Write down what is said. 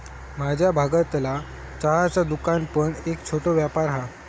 माझ्या भागतला चहाचा दुकान पण एक छोटो व्यापार हा